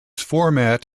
format